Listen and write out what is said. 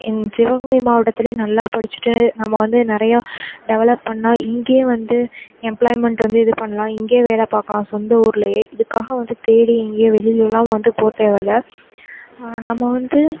எங்க சிவகங்கை மாவட்டத்திலயே நல்லா படிச்சுட்டு நம்ம வந்து நிறையா டெவலப் பண்ணால் இங்கேயே வந்து எம்ப்ளாய்மெண்ட் வந்து இது பண்ணலாம் இங்கேயே வேலை பார்க்கலாம் சொந்த ஊர்லேயே இதுக்காக வந்து தேடி எங்கே வெளியிலல்லாம் வந்து போகத் தேவையில்ல நம்ம வந்து